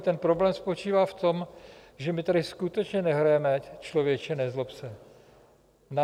Ten problém spočívá v tom, že my tady skutečně nehrajeme člověče, nezlob se.